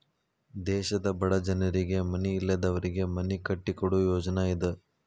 ದೇಶದ ಬಡ ಜನರಿಗೆ ಮನಿ ಇಲ್ಲದವರಿಗೆ ಮನಿ ಕಟ್ಟಿಕೊಡು ಯೋಜ್ನಾ ಇದ